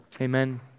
Amen